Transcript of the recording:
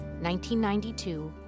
1992